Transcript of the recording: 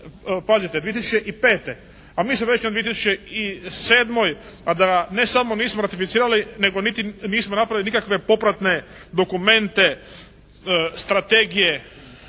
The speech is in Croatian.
pazite 2005. a mi smo već na 2007. a ne da ne samo nismo ratificirali niti nismo napravili nikakve popratne dokumente, strategije